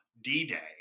D-Day